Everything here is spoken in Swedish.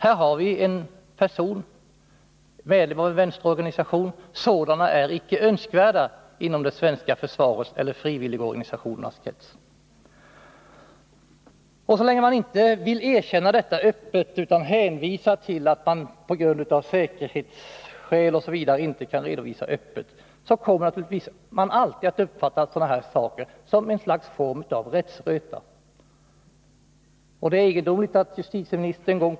Här har vi en person som är medlem i en vänsterorganisation, och sådana är icke önskvärda inom det svenska försvarets eller frivilligorganisationernas krets. Så länge man inte vill erkänna detta utan hänvisar till att man av säkerhetsskäl osv. inte kan redovisa öppet, kommer sådana här saker naturligtvis alltid att uppfattas som en form av rättsröta.